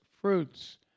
fruits